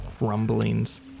rumblings